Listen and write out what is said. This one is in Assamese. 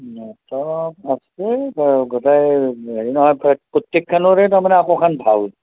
নাটক আছেই ধৰ গোটাই হেৰি নহয় প্ৰত্যেক প্ৰত্যেকখনৰে তাৰমানে একোখন ভাওঁ